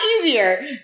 easier